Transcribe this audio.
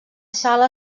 sala